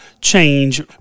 change